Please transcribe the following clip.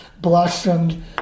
blossomed